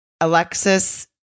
Alexis